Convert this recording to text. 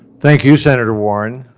thank you, senator warren.